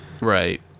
Right